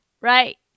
right